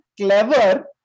clever